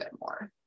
more